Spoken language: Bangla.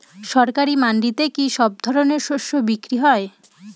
সরকারি মান্ডিতে কি সব ধরনের শস্য বিক্রি হয়?